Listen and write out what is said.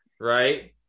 right